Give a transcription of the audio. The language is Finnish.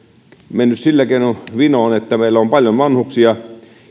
mennyt sillä keinoin vinoon että meillä paljon vanhuksia